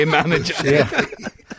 manager